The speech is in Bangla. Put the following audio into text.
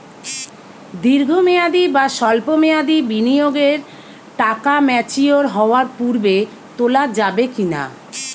দীর্ঘ মেয়াদি বা সল্প মেয়াদি বিনিয়োগের টাকা ম্যাচিওর হওয়ার পূর্বে তোলা যাবে কি না?